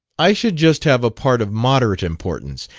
i should just have a part of moderate importance,